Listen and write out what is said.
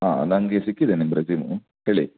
ಹಾಂ ನನಗೆ ಸಿಕ್ಕಿದೆ ನಿಮ್ಮ ರೆಸ್ಯುಮೆ ಹೇಳಿ